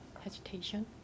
hesitation